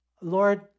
Lord